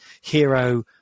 hero